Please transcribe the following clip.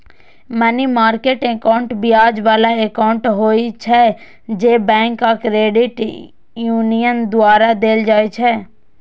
money market account ब्याज बला account होइ छै, जे बैंक आ क्रेडिट यूनियन द्वारा देल जाइ छै